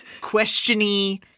questiony